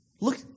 Look